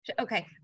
Okay